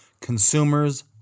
consumers